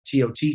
TOT